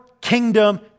kingdom